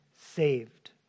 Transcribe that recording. saved